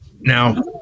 Now